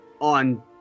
on